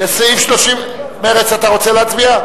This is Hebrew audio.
לסעיף, מרצ, אתה רוצה להצביע?